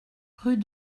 rue